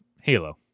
Halo